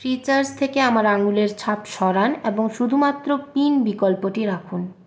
Freecharge থেকে আমার আঙুলের ছাপ সরান এবং শুধুমাত্র পিন বিকল্পটি রাখুন